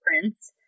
Prince